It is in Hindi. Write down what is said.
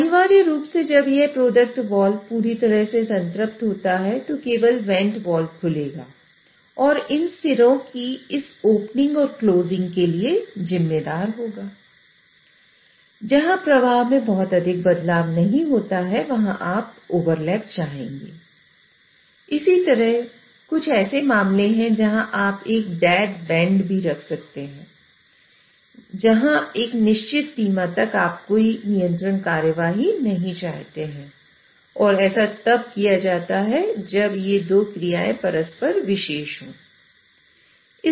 अनिवार्य रूप से जब यह प्रोडक्ट वाल्व पूरी तरह से संतृप्त होता है तो केवल वेंट वाल्व भी रख सकते हैं जहां एक निश्चित सीमा तक आप कोई नियंत्रण कार्रवाई नहीं चाहते हैं और ऐसा तब किया जाता है जब ये 2 क्रियाएं परस्पर विशेष हों